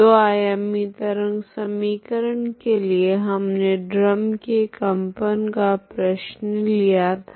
दो आयामी तरंग समीकरण के लिए हमने ड्रम के कंपन का प्रश्न लिया था